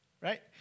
Right